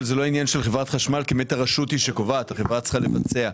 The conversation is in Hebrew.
זה לא עניין של חברת החשמל כי הרשות היא שקובעת והחברה צריכה לבצע.